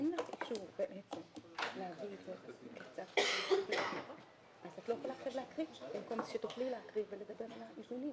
אני יכולה להסביר את מה שהגענו בו להסכמות איתם.